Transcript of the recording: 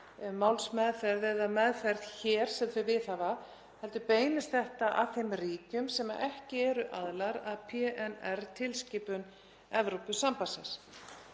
ekki séríslensk meðferð hér sem þau viðhafa, heldur beinist þetta að þeim ríkjum sem ekki eru aðilar að PNR-tilskipun Evrópusambandsins.